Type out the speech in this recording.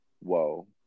Whoa